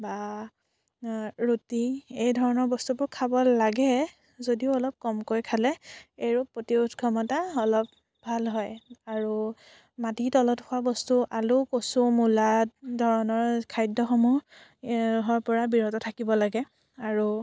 বা ৰুটি এই ধৰণৰ বস্তুবোৰ খাব লাগে যদিও অলপ কমকৈ খালে এই ৰোগ প্ৰতিৰোধ ক্ষমতা অলপ ভাল হয় আৰু মাটিৰ তলত হোৱা বস্তু আলু কচু মূলা ধৰণৰ খাদ্যসমূহ পৰা বিৰত থাকিব লাগে আৰু